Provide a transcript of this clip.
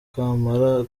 kampala